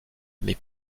mais